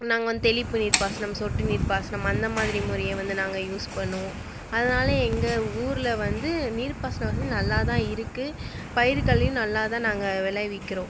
நாங்கள் வந்து தெளிப்பு நீர் பாசனம் சொட்டு நீர் பாசனம் அந்த மாதிரி முறையை வந்து நாங்கள் யூஸ் பண்ணுவோம் அதனால் எங்கள் ஊரில் வந்து நீர் பாசன வசதி நல்லா தான் இருக்குது பயிர்களையும் நல்லா தான் நாங்கள் விளைவிக்கிறோம்